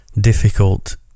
difficult